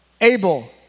Abel